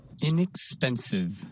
Inexpensive